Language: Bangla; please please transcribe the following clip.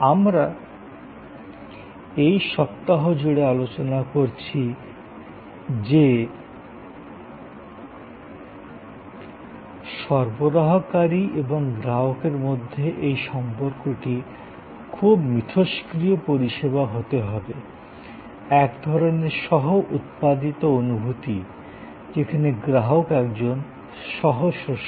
আমরা এই সপ্তাহ জুড়ে আলোচনা করেছি যে সরবরাহকারী এবং গ্রাহকের মধ্যে এই সম্পর্কটি খুব ইন্টারেক্টিভ পরিষেবা হতে হবে এক ধরণের সহ উৎপাদিত অনুভূতি যেখানে গ্রাহক একজন সহ স্রষ্টা